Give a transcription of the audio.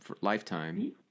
lifetime